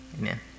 Amen